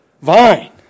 vine